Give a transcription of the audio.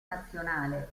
nazionale